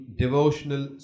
devotional